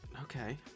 Okay